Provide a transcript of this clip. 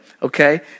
Okay